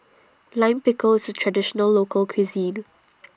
Lime Pickle IS A Traditional Local Cuisine